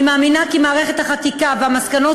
אני מאמינה כי מערכת החקיקה והמסקנות